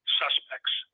suspects